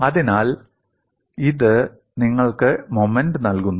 അതിനാൽ ഇത് നിങ്ങൾക്ക് മോമെന്റ്റ് നൽകുന്നു